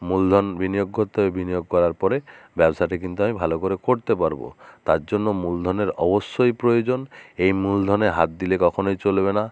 মূলধন বিনিয়োগ করতে হবে বিনিয়োগ করার পরে ব্যবসাটি কিন্তু আমি ভালো করে করতে পারবো তার জন্য মূলধনের অবশ্যই প্রয়োজন এই মূলধনে হাত দিলে কখনোই চলবে না